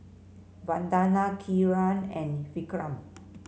Vandana Kiran and Vikram